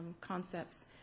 concepts